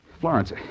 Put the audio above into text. Florence